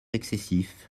excessif